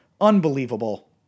Unbelievable